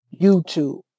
YouTube